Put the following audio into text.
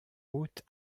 hôtes